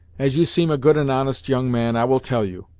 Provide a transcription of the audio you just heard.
as you seem a good and honest young man i will tell you.